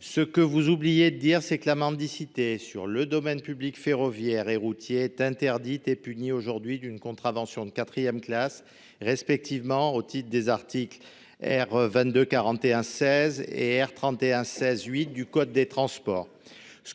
si ! Vous oubliez de préciser que la mendicité sur le domaine public ferroviaire et routier est interdite et punie aujourd’hui d’une contravention de quatrième classe, respectivement au titre des articles R. 2241 16 et R. 3116 8 du code des transports.